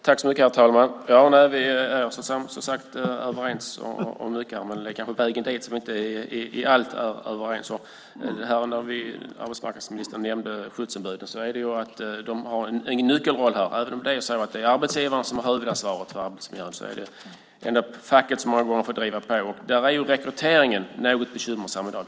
Herr talman! Vi är som sagt överens om mycket här. Men när det gäller vägen dit är vi kanske inte överens om allt. Arbetsmarknadsministern nämnde skyddsombuden. De har en nyckelroll här. Även om arbetsgivaren har huvudansvaret för arbetsmiljön är det facket som många gånger får driva på. Där är rekryteringen något bekymmersam i dag.